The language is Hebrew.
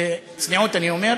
בצניעות אני אומר,